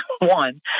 one